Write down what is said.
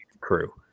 crew